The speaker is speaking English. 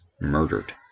murdered